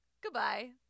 Goodbye